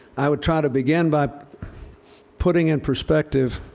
i would try to begin by putting in perspective